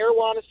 marijuana